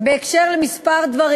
בקשר לכמה דברים: